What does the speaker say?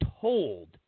told